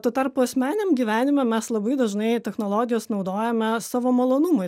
tuo tarpu asmeniniam gyvenime mes labai dažnai technologijas naudojame savo malonumui